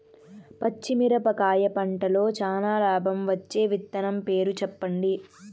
పచ్చిమిరపకాయ పంటలో చానా లాభం వచ్చే విత్తనం పేరు చెప్పండి?